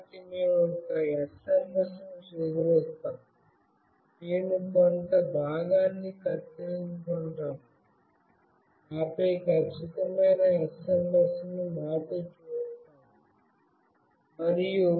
కాబట్టి మేము ఒక SMS ను స్వీకరిస్తాము మేము కొంత భాగాన్ని కత్తిరించుకుంటాము ఆపై ఖచ్చితమైన SMS ని మాతో చూస్తాము